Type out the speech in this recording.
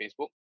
Facebook